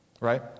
right